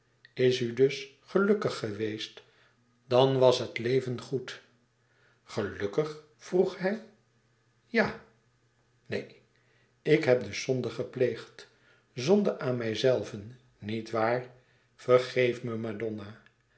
is u dus gelukkig geweest dan was dat leven goed gelukkig vroeg hij ja neen ik heb dus zonde gepleegd zonde aan mijzelven niet waar vergeef me madonna